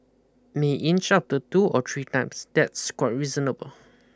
may inch up to two or three times that's quite reasonable